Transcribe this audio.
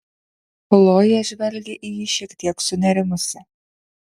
chlojė žvelgė į jį šiek tiek sunerimusi